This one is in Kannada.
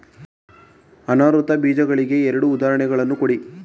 ಅನಾವೃತ ಬೀಜ ಸಸ್ಯಗಳಿಗೆ ಎರಡು ಉದಾಹರಣೆಗಳನ್ನು ಕೊಡಿ